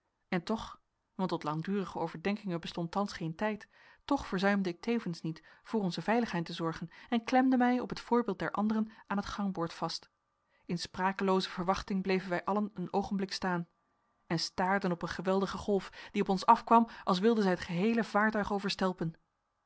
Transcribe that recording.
en toch want tot langdurige overdenkingen bestond thans geen tijd toch verzuimde ik tevens niet voor onze veiligheid te zorgen en klemde mij op het voorbeeld der anderen aan het gangboord vast in sprakelooze verwachting bleven wij allen een oogenblik staan en staarden op een geweldige golf die op ons afkwam als wilde zij het geheele vaartuig overstelpen